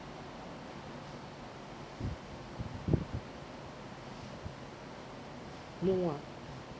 no ah